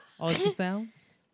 ultrasounds